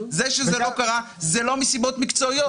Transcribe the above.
זה אמנם לא קרה אבל לא בשל סיבות מקצועיות.